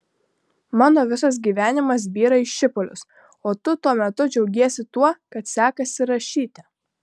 mano visas gyvenimas byra į šipulius o tu tuo metu džiaugiesi tuo kad sekasi rašyti